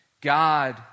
God